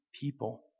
people